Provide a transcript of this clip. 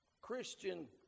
Christian